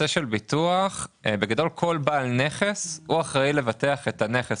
כל בעל נכס אחראי לבטח את הנכס